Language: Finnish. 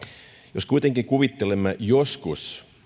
jos kuitenkin kuvittelemme joskus